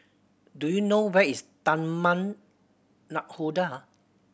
do you know where is Taman Nakhoda